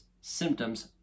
symptoms